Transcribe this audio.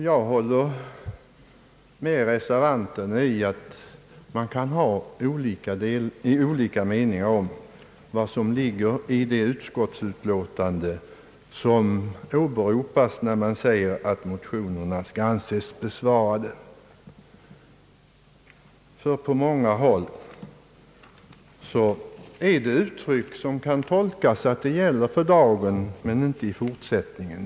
Jag håller med reservanterna om att man kan ha olika meningar beträffande vad som ligger i uttalandet att motionerna skall anses besvarade med vad utskottet har anfört. Av många kan detta tolkas så att beslutet gäller för dagen men inte i framtiden.